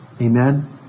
Amen